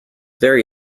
very